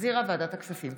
שהחזירה ועדת הכספים.